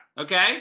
okay